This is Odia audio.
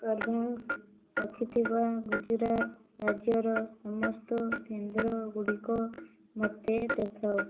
କର୍ବେଭ୍ୟାକ୍ସ ରଖିଥିବା ଗୁଜୁରାଟ ରାଜ୍ୟର ସମସ୍ତ କେନ୍ଦ୍ରଗୁଡ଼ିକ ମୋତେ ଦେଖାଅ